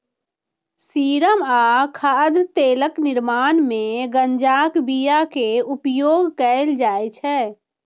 serum आ खाद्य तेलक निर्माण मे गांजाक बिया के उपयोग कैल जाइ छै